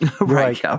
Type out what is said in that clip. Right